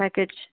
package